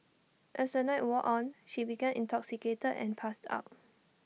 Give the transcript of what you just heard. as the night wore on she became intoxicated and passed out